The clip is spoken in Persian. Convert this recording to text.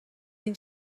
این